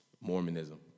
Mormonism